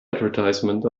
advertisement